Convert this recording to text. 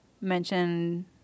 mention